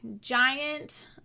giant